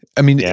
i mean,